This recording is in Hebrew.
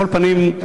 על כל פנים,